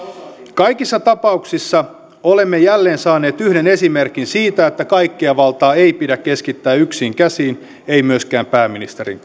kaikissa tapauksissa olemme jälleen saaneet yhden esimerkin siitä että kaikkea valtaa ei pidä keskittää yksiin käsiin ei myöskään pääministerin